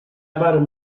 vàrem